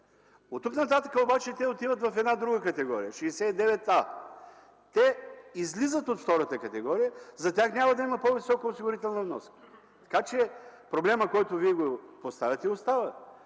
Оттук нататък обаче те отиват в една друга категория – чл. 69а. Те излизат от втората категория. За тях няма да има по-висока осигурителна вноска. Така че проблемът, който Вие поставяте, остава.